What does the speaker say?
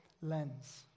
lens